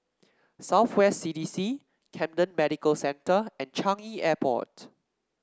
South West C D C Camden Medical Center and Changi Airport